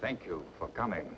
thank you for comi